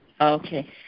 Okay